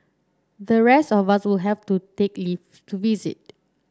the rest of us will have to take leave to visit